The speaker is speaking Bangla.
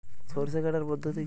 সরষে কাটার পদ্ধতি কি?